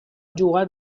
jugar